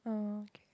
oh okay